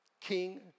king